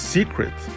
Secret